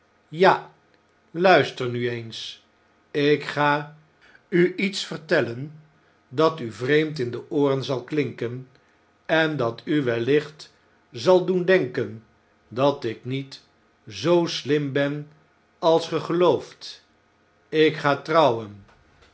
ja luister nu eens ik ga u iets vertellen dat u vreemd in de ooren zal klinken en dat u wellicht zal doen denken dat ik niet zoo slim ben als ge gelooft ik ga trouwen